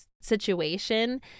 situation